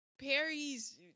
Perry's